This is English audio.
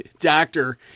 doctor